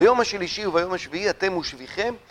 ביום השלישי וביום השביעי אתם ושביכם